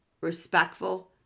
respectful